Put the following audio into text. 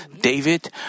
David